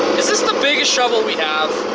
this the biggest shovel we have?